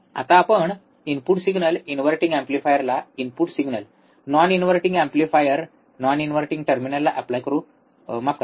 आता आपण input signal inverting एम्पलीफायरला input signal non inverting amplifier non inverting टर्मिनलला ऎप्लाय करू माफ करा